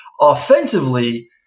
offensively